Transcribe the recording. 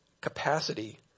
capacity